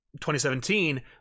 2017